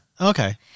Okay